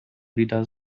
wieder